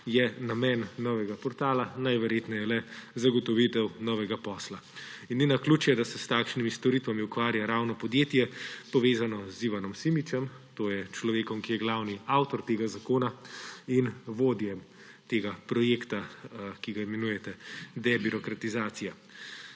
je namen novega portala najverjetneje le zagotovitev novega posla. In ni naključje, da se s takšnimi storitvami ukvarja ravno podjetje, povezano z Ivanom Simičem, to je človekom, ki je glavni avtor tega zakona, in vodjo tega projekta, ki ga imenujete debirokratizacija.